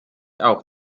auch